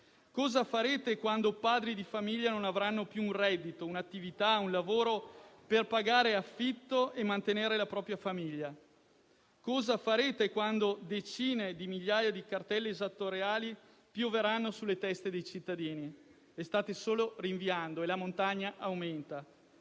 Cosa farete quando padri di famiglia non avranno più un reddito, un'attività, un lavoro per pagare l'affitto e mantenere la propria famiglia? Cosa farete quando decine di migliaia di cartelle esattoriali pioveranno sulle teste dei cittadini? Le state solo rinviando e la montagna aumenta.